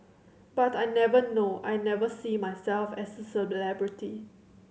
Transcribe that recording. but I never know I never see myself as a celebrity